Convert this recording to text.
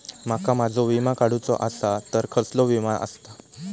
माका माझो विमा काडुचो असा तर कसलो विमा आस्ता?